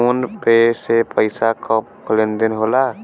phone पे से पइसा क लेन देन होला